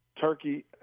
turkey